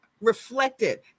reflected